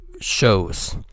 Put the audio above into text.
shows